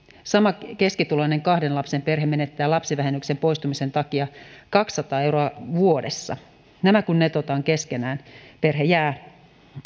sama keskituloinen kahden lapsen perhe menettää lapsivähennyksen poistumisen takia kaksisataa euroa vuodessa nämä kun netotaan keskenään perhe jää